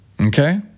okay